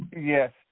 Yes